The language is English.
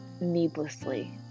needlessly